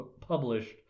published